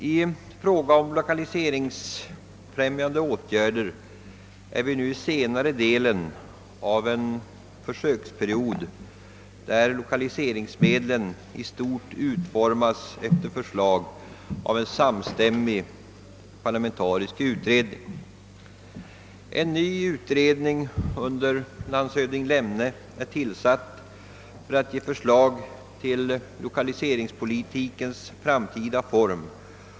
I fråga om lokaliseringsfrämjande åtgärder befinner vi oss nu i senare delen av en försöksperiod under vilken lokaliseringsmedlen i stort utformats efter förslag av en samstämmig parlamentarisk utredning. En ny utredning under landshövding Lemne är tillsatt, och den skall ge förslag till lokaliseringspolitikens framtida form.